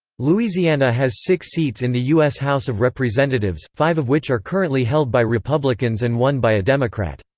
louisiana has six seats in the u s. house of representatives, five of which are currently held by republicans and one by a democrat.